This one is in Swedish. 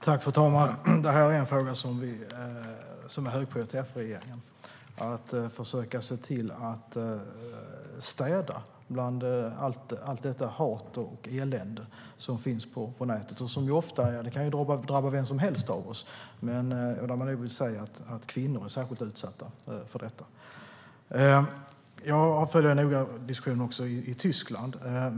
Fru talman! Detta är en fråga som är högprioriterad för regeringen, alltså att försöka se till att städa bland allt detta hat och elände som finns på nätet. Det kan drabba vem som helst av oss, men kvinnor är särskilt utsatta för detta. Jag följer noga diskussionerna också i Tyskland.